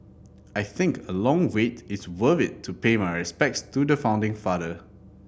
I think a long wait is worth it to pay my respects to the founding father